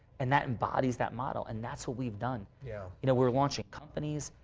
and that embodies that model. and that's what we've done. yeah. you know, we were launching companies.